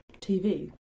TV